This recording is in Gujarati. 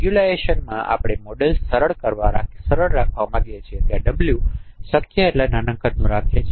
નિયમન માં આપણે મોડેલ સરળ રાખવા માંગીએ છીએ અને ત્યાં w શક્ય તેટલું નાના કદમાં રાખીએ છીએ